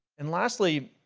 and lastly,